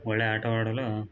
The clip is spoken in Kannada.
ಒಳ್ಳೆಯ ಆಟವಾಡಲು